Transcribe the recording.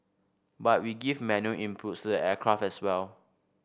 but we give manual inputs to the aircraft as well